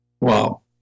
wow